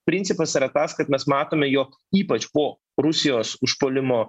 principas yra tas kad mes matome jog ypač po rusijos užpuolimo